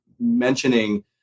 mentioning